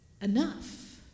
enough